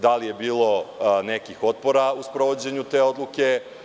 Da li je bilo nekih otpora u sprovođenju te odluke?